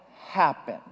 happen